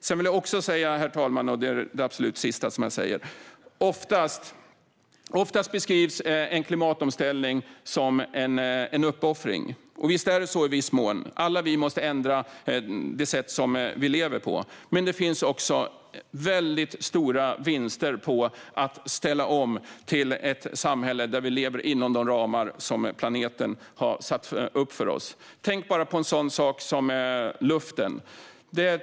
Jag vill också säga detta, herr talman, och det är det absolut sista jag säger: Oftast beskrivs en klimatomställning som en uppoffring, och visst är det så i viss mån. Vi måste alla ändra vårt sätt att leva. Men det finns också väldigt stora vinster att göra på att ställa om till ett samhälle där vi lever inom de ramar som planeten har satt upp för oss. Tänk bara på en sådan sak som luften.